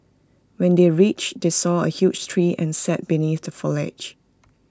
when they reached they saw A huge tree and sat beneath the foliage